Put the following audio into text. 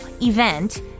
event